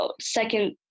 second